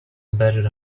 embedded